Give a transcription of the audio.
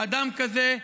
אדם כזה,